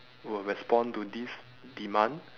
will respond to this demand